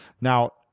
Now